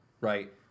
Right